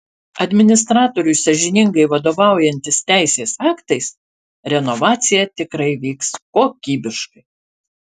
administratoriui sąžiningai vadovaujantis teisės aktais renovacija tikrai vyks kokybiškai